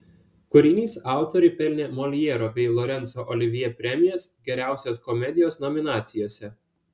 kūrinys autoriui pelnė moljero bei lorenco olivjė premijas geriausios komedijos nominacijose